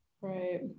Right